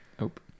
Nope